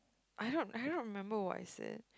I don't I don't remember what I said